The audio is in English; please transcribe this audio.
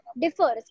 differs